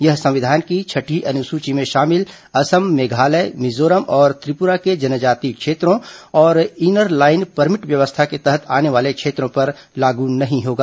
यह संविधान की छठी अनुसूची में शामिल असम मेघालय मिजोरम और त्रिपुरा के जनजातीय क्षेत्रों और इनरलाइन परमिट व्यवस्था के तहत आने वाले क्षेत्रों पर लागू नहीं होगा